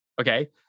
Okay